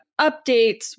updates